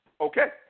Okay